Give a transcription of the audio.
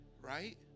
right